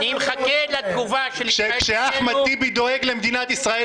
אני מחכה לתגובה של --- כשאחמד טיבי דואג למדינת ישראל,